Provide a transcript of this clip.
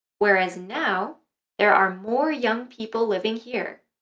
whereas now there are more young people living here,